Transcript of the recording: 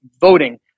voting